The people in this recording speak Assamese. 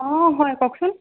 অঁ হয় কওকচোন